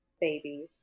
baby